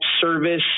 service